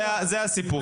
זה הסיפור.